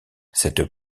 cette